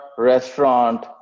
restaurant